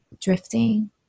drifting